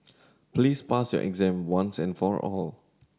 please pass your exam once and for all